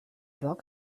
dog